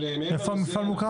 איפה המפעל מוקם?